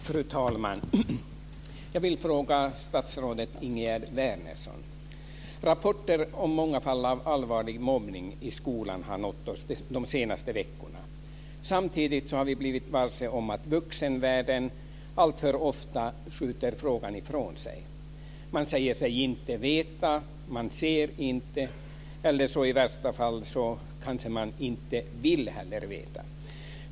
Fru talman! Jag vill ställa en fråga till statsrådet Rapporter om många fall av allvarlig mobbning i skolan har nått oss de senaste veckorna. Samtidigt har vi blivit varse att vuxenvärlden alltför ofta skjuter frågan ifrån sig. Man säger sig inte veta, att man inte ser. I värsta fall kanske man inte heller vill veta.